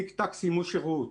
טיק-טק סיימו שירות,